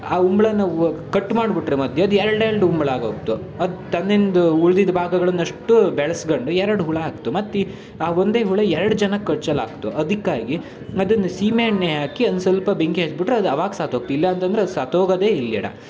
ಆ ಉಂಬ್ಳನ್ನು ಕಟ್ ಮಾಡ್ಬಿಟ್ರೆ ಮಧ್ಯೆ ಅದು ಎರಡೆರಡು ಉಂಬ್ಳ ಆಗೋಗ್ತೆ ಅದು ತನ್ನಿಂದ ಉಳ್ದಿದ್ದ ಭಾಗಗಳನ್ನಷ್ಟೂ ಬೆಳ್ಸ್ಕಂಡು ಎರಡು ಹುಳು ಆಕ್ತು ಮತ್ತು ಈ ಆ ಒಂದೇ ಹುಳು ಎರಡು ಜನಕ್ಕೆ ಕಚ್ಚಲಾಗ್ತೆ ಅದಕ್ಕಾಗಿ ಅದನ್ನ ಸೀಮೆ ಎಣ್ಣೆ ಹಾಕಿ ಒಂದು ಸ್ವಲ್ಪ ಬೆಂಕಿ ಹಚ್ಬಿಟ್ರೆ ಅದು ಅವಾಗ ಸಾತ್ತೋಗ್ತೆ ಇಲ್ಲಾಂತಂದ್ರೆ ಅದು ಸತ್ತೋಗೋದೆ ಇಲ್ಯಡ